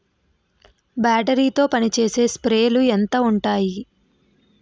Battery తో పనిచేసే స్ప్రేలు ఎంత ఉంటాయి?